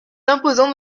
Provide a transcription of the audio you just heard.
imposant